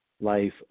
Life